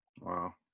wow